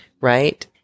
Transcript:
Right